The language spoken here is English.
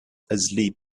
asleep